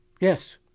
yes